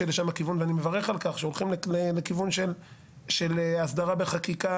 מבין שהולכים לכיוון של הסדרה בחקיקה,